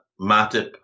Matip